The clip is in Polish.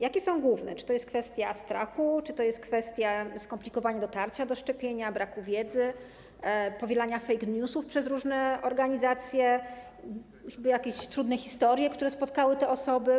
Jakie są główne - czy to jest kwestia strachu, czy to jest kwestia skomplikowania dotarcia do szczepienia, braku wiedzy, powielania fake newsów przez różne organizacje, jakieś trudne historie, które spotkały te osoby?